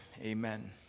amen